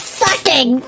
sucking